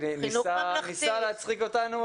ניסה להצחיק אותנו,